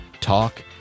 talk